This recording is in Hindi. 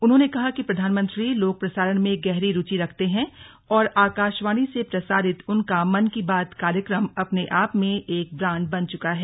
उन्होंने कहा कि प्रधानमंत्री लोक प्रसारण में गहरी रुचि रखते हैं और आकाशवाणी से प्रसारित उनका मन की बात कार्यक्रम अपने आप में एक ब्रांड बन चुका है